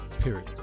period